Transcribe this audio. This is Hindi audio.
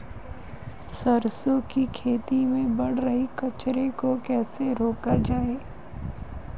सरसों की खेती में बढ़ रहे कचरे को कैसे रोका जाए?